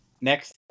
Next